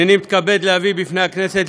הנני מתכבד להביא בפני הכנסת,